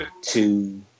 two